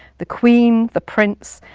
the queen, the prince,